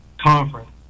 conference